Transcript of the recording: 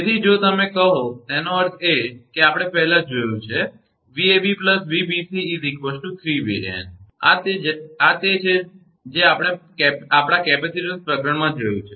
તેથી જો તમે કહો તેનો અર્થ એ કે આપણે પહેલા જોયું છે કે 𝑉𝑎𝑏 𝑉𝑏𝑐 3𝑉𝑎𝑛 આ તે છે જે આપણે આપણા કેપેસિટર પ્રકરણમાં જોયું છે